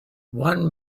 one